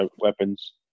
weapons